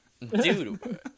Dude